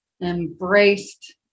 embraced